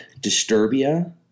Disturbia